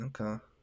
Okay